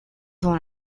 dans